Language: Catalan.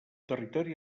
territori